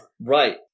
Right